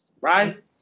Right